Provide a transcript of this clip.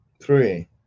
three